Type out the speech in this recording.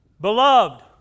Beloved